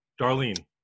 Darlene